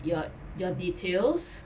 your your details